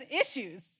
issues